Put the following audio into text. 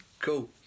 Cool